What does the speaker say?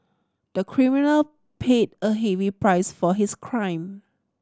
the criminal paid a heavy price for his crime